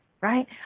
Right